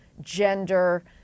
gender